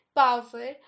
power